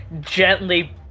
gently